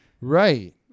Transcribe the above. Right